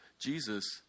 Jesus